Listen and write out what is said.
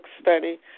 study